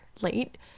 late